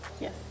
Yes